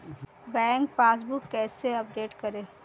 Bank passbook कैसे update करें?